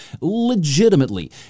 legitimately